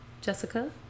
Jessica